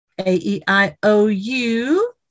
A-E-I-O-U